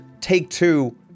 Take-Two